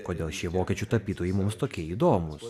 kodėl šie vokiečių tapytojai mums tokie įdomūs